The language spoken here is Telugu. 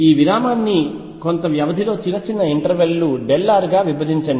ఈ విరామాన్ని కొంత వ్యవధిలో చిన్న చిన్న ఇంటర్వల్ లు r గా విభజించండి